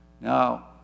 Now